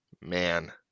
man